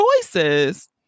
choices